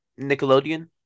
Nickelodeon